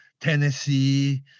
Tennessee